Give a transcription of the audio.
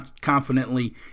confidently